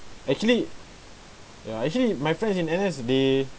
actually ya actually my friends in N_S they